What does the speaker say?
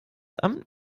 amt